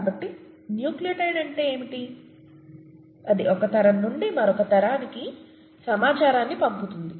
కాబట్టి న్యూక్లియోటైడ్ అంటే ఏమిటంటే అది ఒక తరం నుండి మరొక తరానికి సమాచారాన్ని పంపుతుంది